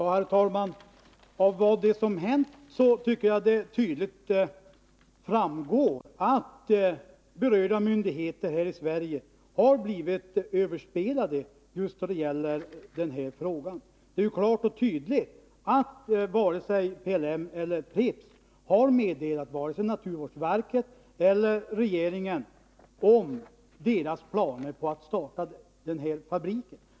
Herr talman! Av vad som hänt tycker jag att det tydligt framgår att berörda myndigheter här i Sverige har blivit överspelade i denna fråga. Det är ju klart och tydligt att varken PLM eller Pripps har lämnat några meddelanden till naturvårdsverket eller regeringen om sina planer på att starta den här fabriken.